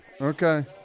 Okay